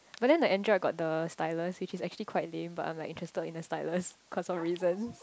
but then the Android got the stylus which is actually quite lame but I'm like interested in the stylus cause of the reason